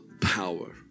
power